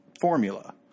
formula